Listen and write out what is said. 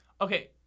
okay